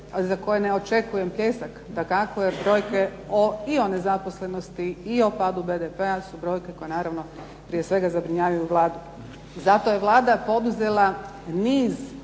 za koje ne očekujem bljesak dakako jer brojke i o nezaposlenosti i o padu BDP-a su brojke koje naravno prije svega zabrinjavaju Vladu. Zato je Vlada poduzela niz